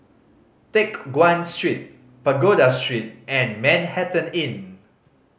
Teck Guan Street Pagoda Street and Manhattan Inn